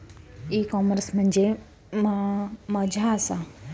E commerce म्हणजे मझ्या आसा?